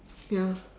ya